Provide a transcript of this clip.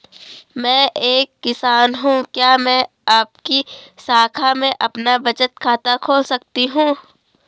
मैं एक किसान हूँ क्या मैं आपकी शाखा में अपना बचत खाता खोल सकती हूँ?